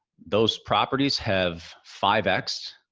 those properties have five x,